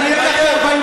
שאני אתבייש?